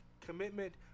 commitment